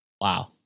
Wow